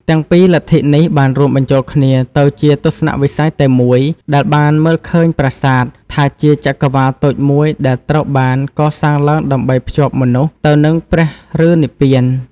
ទាំងពីរលទ្ធិនេះបានរួមបញ្ចូលគ្នាទៅជាទស្សនៈវិស័យតែមួយដែលបានមើលឃើញប្រាសាទថាជាចក្រវាឡតូចមួយដែលត្រូវបានកសាងឡើងដើម្បីភ្ជាប់មនុស្សទៅនឹងព្រះឬនិព្វាន។